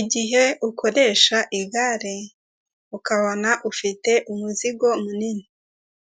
Igihe ukoresha igare ukabona ufite umuzigo munini.